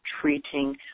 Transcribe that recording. treating